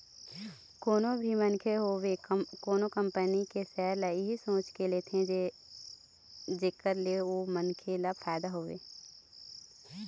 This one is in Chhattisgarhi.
कोनो भी मनखे होवय कोनो कंपनी के सेयर ल इही सोच के ले रहिथे जेखर ले ओ मनखे ल फायदा होवय